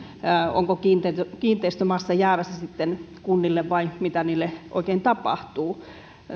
onko kiinteistömassa jäämässä sitten kunnille vai mitä niille oikein tapahtuu